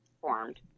formed